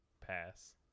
pass